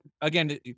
again